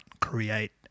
create